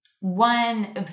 one